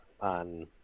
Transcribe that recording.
on